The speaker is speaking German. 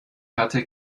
hatte